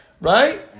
right